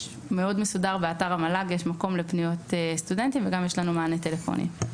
יש מקום מאוד מסודר באתר המל"ג לפניות סטודנטים וגם יש לנו מענה טלפוני.